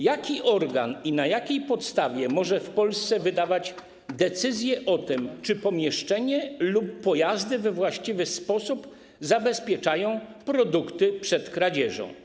Jaki organ i na jakiej podstawie może w Polsce wydawać decyzje o tym, czy pomieszczenie lub pojazdy we właściwy sposób zabezpieczają produkty przed kradzieżą?